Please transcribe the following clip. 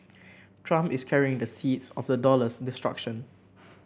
trump is carrying the seeds of the dollar's destruction